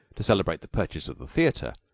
to celebrate the purchase of the theater,